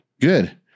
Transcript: Good